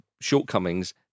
shortcomings